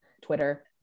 Twitter